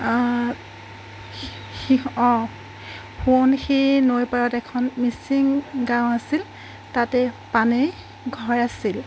অঁ সিহঁ অঁ সোৱণশিৰি নৈ পাৰত এখন মিছিং গাঁও আছিল তাতেই পানেইৰ ঘৰ আছিল